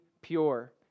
pure